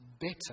better